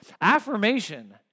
Affirmation